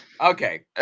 Okay